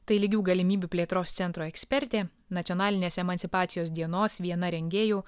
tai lygių galimybių plėtros centro ekspertė nacionalinės emancipacijos dienos viena rengėjų